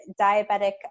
diabetic